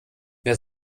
wer